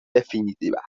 definitiva